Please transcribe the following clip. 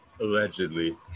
allegedly